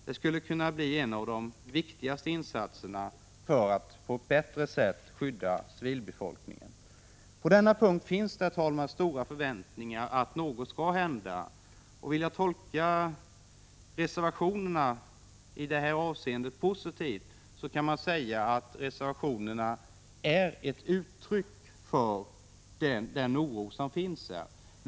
Detta skulle kunna bli en av de viktigaste insatserna för att på ett bättre sätt skydda civilbefolkningen. 73 På denna punkt finns det, herr talman, stora förväntningar att något skall hända. Vill man tolka reservationerna i detta hänseende positivt kan man säga att de är uttryck för den oro som finns.